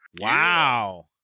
Wow